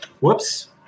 Whoops